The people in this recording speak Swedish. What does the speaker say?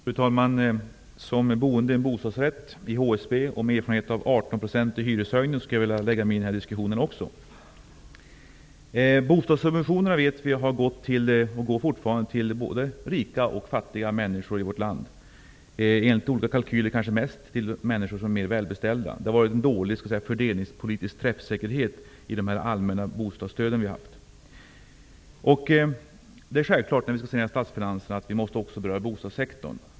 Fru talman! I min egenskap av boende i en bostadsrätt i en HSB-förening och med erfarenhet av en 18-procentig hyreshöjning skulle jag också vilja lägga mig i denna diskussion. Vi vet att bostadssubventionerna har gått och går både till rika och fattiga människor i vårt land -- i enlighet med olika kalkyler kanske mest till de välbeställda. Det har varit en dålig fördelningspolitisk träffsäkerhet i de allmänna bostadsstöden. Det är självklart att när statsfinanserna skall saneras måste det också beröra bostadssektorn.